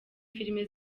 filime